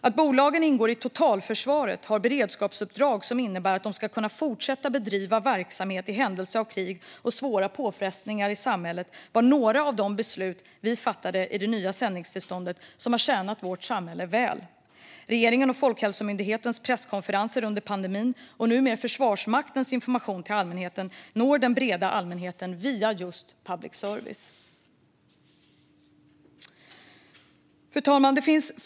Att bolagen ingår i totalförsvaret och har beredskapsuppdrag som innebär att de ska kunna fortsätta bedriva verksamhet i händelse av krig och svåra påfrestningar på samhället är några av de beslut vi fattade i det nya sändningstillståndet, och det har tjänat vårt samhälle väl. Regeringens och Folkhälsomyndighetens presskonferenser under pandemin och numera Försvarsmaktens information till allmänheten når den breda allmänheten via just public service. Fru talman!